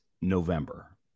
November